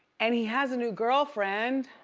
and he has a new girlfriend.